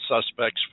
suspects